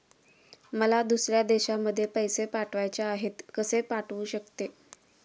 मला दुसऱ्या देशामध्ये पैसे पाठवायचे आहेत कसे पाठवू शकते?